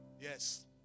Yes